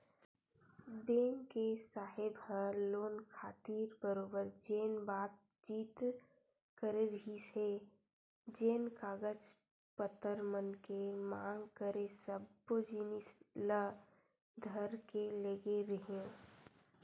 bank के साहेब ह लोन खातिर बरोबर जेन बातचीत करे रिहिस हे जेन कागज पतर मन के मांग करे सब्बो जिनिस ल धर के लेगे रेहेंव